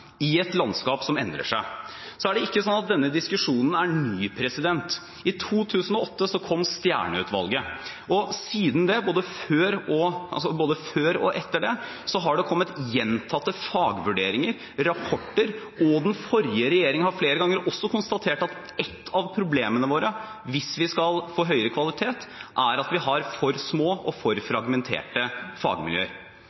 i Sogn og Fjordane, i et landskap som endrer seg. Det er ikke slik at denne diskusjonen er ny. I 2008 kom Stjernø-utvalgets rapport, og både før og etter den har det kommet gjentatte fagvurderinger og rapporter. Den forrige regjeringen konstaterte også flere ganger at et av problemene våre hvis vi skal få høyere kvalitet, er at vi har for små og for fragmenterte fagmiljøer.